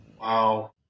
Wow